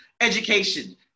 education